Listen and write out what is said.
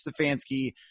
Stefanski